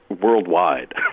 worldwide